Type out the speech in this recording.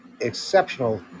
exceptional